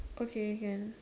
okay can